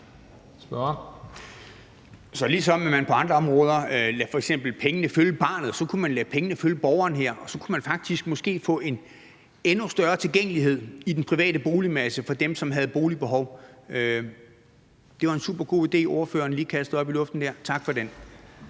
Så ligesom man gør på andre områder, f.eks. lader pengene følge barnet, kunne man her lade pengene følge borgeren, og så kunne man måske faktisk få en endnu større tilgængelighed i den private boligmasse for dem, som havde et boligbehov? Det var en supergod idé, ordføreren der lige kastede op i luften. Tak for den.